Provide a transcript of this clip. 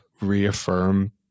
reaffirm